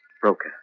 Broker